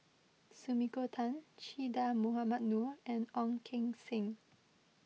Sumiko Tan Che Dah Mohamed Noor and Ong Keng Sen